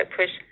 push